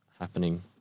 happening